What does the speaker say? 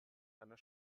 einer